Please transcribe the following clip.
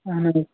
اَہَن حظ